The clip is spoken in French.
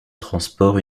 transports